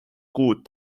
kuud